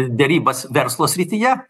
derybas verslo srityje